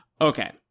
okay